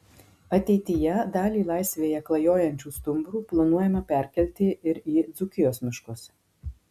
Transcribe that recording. ateityje dalį laisvėje klajojančių stumbrų planuojama perkelti ir į dzūkijos miškus